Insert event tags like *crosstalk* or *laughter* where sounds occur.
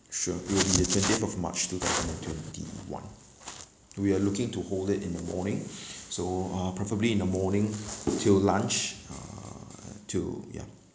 sure it will be the twentieth of march two thousand twenty one we are looking to hold it in the morning *breath* so uh preferably in the morning till lunch uh till ya